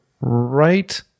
right